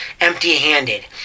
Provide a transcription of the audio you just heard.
empty-handed